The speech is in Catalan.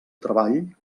treball